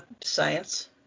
Science